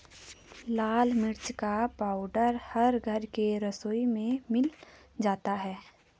लाल मिर्च का पाउडर हर घर के रसोई में मिल जाता है